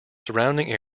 surrounding